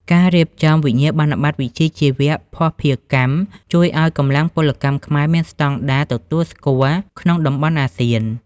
ការរៀបចំ "វិញ្ញាបនបត្រវិជ្ជាជីវៈភស្តុភារកម្ម" ជួយឱ្យកម្លាំងពលកម្មខ្មែរមានស្ដង់ដារទទួលស្គាល់ក្នុងតំបន់អាស៊ាន។